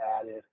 added